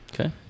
okay